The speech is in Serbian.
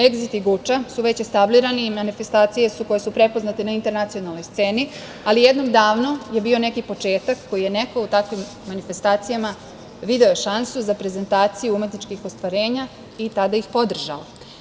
Egzit i Guča su već establirani i manifestacije su koje su prepoznate na internacionalnoj sceni, ali jednom davno je bio neki početak koji je neko u takvim manifestacijama video šansu za prezentaciju umetničkih ostvarenja i tada ih podržao.